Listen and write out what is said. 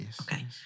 okay